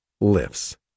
lifts